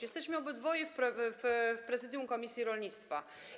Jesteśmy obydwoje w prezydium komisji rolnictwa.